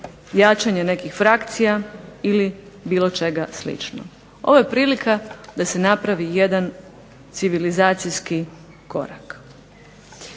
jačanje nekih frakcija ili bilo čega slično. Ovo je prilika da se napravi jedan civilizacijski korak.